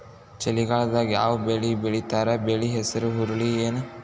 ಚಳಿಗಾಲದಾಗ್ ಯಾವ್ ಬೆಳಿ ಬೆಳಿತಾರ, ಬೆಳಿ ಹೆಸರು ಹುರುಳಿ ಏನ್?